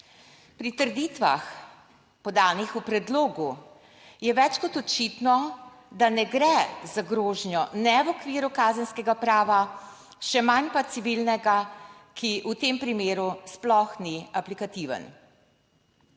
Pri trditvah podanih v predlogu je več kot očitno, da ne gre za grožnjo ne v okviru kazenskega prava, še manj pa civilnega, ki v tem primeru sploh ni aplikativen.